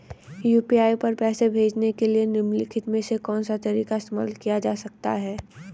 UPI पर पैसे भेजने के लिए निम्नलिखित में से कौन सा तरीका इस्तेमाल किया जा सकता है?